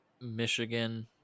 Michigan